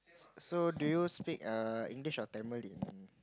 so do you speak err English or Tamil in